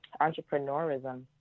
entrepreneurism